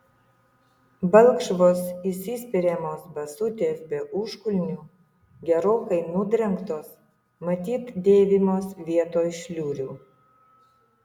balkšvos įsispiriamos basutės be užkulnių gerokai nudrengtos matyt dėvimos vietoj šliurių